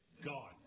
gone